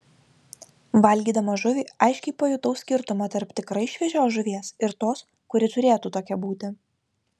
valgydama žuvį aiškiai pajutau skirtumą tarp tikrai šviežios žuvies ir tos kuri turėtų tokia būti